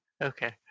Okay